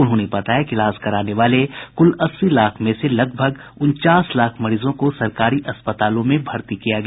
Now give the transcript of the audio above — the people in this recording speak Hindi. उन्होंने बताया कि इलाज कराने वाले कुल अस्सी लाख में से करीब उनचास लाख मरीजों को सरकारी अस्पतालों में भर्ती किया गया